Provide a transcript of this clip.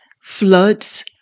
floods